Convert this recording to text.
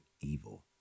evil